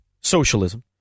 socialism